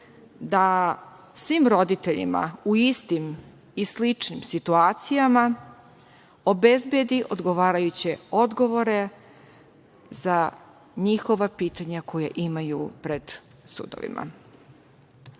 da svim roditeljima u istim i sličnim situacijama obezbedi odgovarajuće odgovore za njihova pitanja koja imaju pred sudovima. Moram